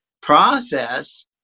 process